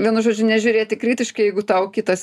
vienu žodžiu nežiūrėti kritiškai jeigu tau kitas